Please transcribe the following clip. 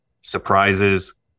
surprises